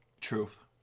Truth